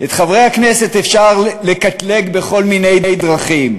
את חברי הכנסת אפשר לקטלג בכל מיני דרכים: